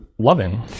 loving